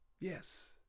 Yes